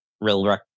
real